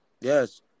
Yes